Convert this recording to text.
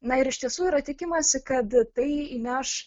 na ir iš tiesų yra tikimasi kad tai įneš